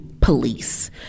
police